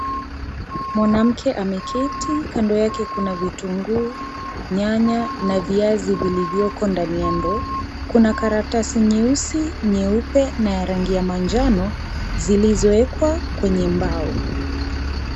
Mwanamke ameketi kando yake kuna vitunguu nyanya na viazi vilivyoko ndani ya ndoo kuna karatasi nyeusi nyeupe na ya rangi ya manjano zilizoekwa kwenye mbao.